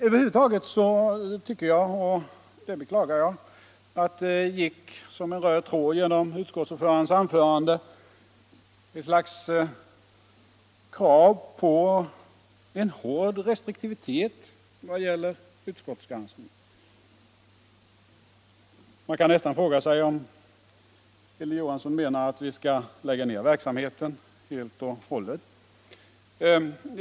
Över huvud taget tycker jag att — och det beklagar jag — det som en röd tråd genom utskottsordförandens anförande här gick ett slags krav på en hård restriktivitet vad gäller utskottsgranskningen. Man kan nästan fråga sig om Hilding Johansson menar att vi skall lägga ned verk = Nr 113 samheten helt och hållet.